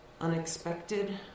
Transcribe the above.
unexpected